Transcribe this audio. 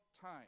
time